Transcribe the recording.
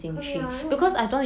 可以啊用